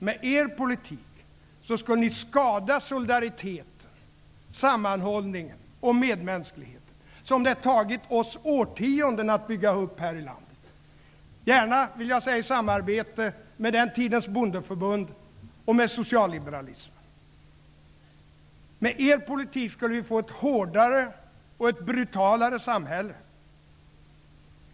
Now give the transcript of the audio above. Med er politik skulle ni skada solidariteten, sammanhållningen och medmänskligheten, som det har tagit oss årtionden att bygga upp här i landet, i samarbete med den tidens Bondeförbund och med socialliberalismen. Med er politik skulle vi få ett hårdare och brutalare samhälle.